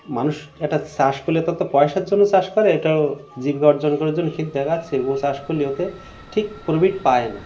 মানুষ এটা চাষ করলে তা তো পয়সার জন্য চাষ করে এটাও জীবিকা অর্জন করার জন্য কিন্তু দেখা যাচ্ছে ও চাষ করলে ওতে ঠিক প্রফিট পায় না